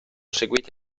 seguiti